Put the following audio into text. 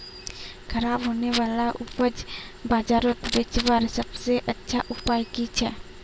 ख़राब होने वाला उपज बजारोत बेचावार सबसे अच्छा उपाय कि छे?